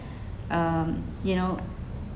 um you know